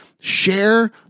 Share